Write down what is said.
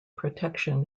protection